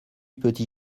petit